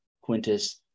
quintus